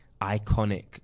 iconic